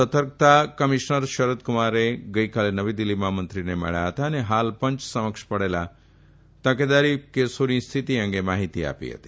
સતર્કતા કમિશ્નર શરદક્રમાર ગઇકાલે નવી દિલ્ફીમાં મંત્રીને મળ્યા હતા અને હાલ પંચ સમક્ષ પહેલા તકેદારી કેસોની સ્થિતિ અંગે માહિતી આપી હતી